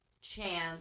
chance